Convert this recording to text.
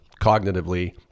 cognitively